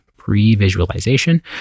pre-visualization